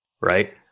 right